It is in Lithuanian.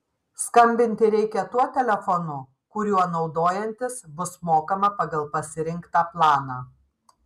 skambinti reikia tuo telefonu kuriuo naudojantis bus mokama pagal pasirinktą planą